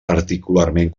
particularment